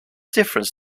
difference